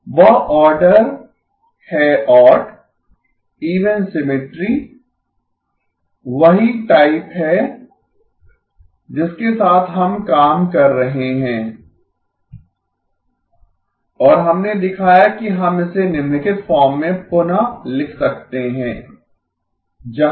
वह ऑर्डर है odd even symmetry वही टाइप है जिसके साथ हम काम कर रहे हैं और हमने दिखाया कि हम इसे निम्नलिखित फॉर्म में पुनः लिख सकते हैं जहां